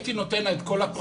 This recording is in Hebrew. הייתי נותן לה את כל הפרטים.